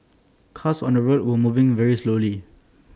cars on the road were moving very slowly